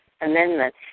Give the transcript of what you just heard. amendment